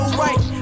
right